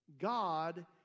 God